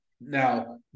Now